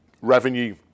revenue